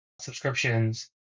subscriptions